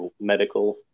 medical